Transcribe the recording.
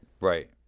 Right